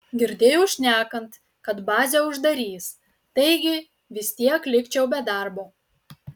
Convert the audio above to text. girdėjau šnekant kad bazę uždarys taigi vis tiek likčiau be darbo